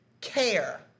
care